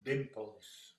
dimples